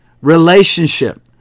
relationship